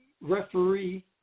referee